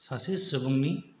सासे सुबुंनि